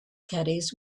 caddies